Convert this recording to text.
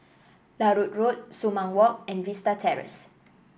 Larut Road Sumang Walk and Vista Terrace